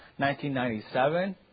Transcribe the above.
1997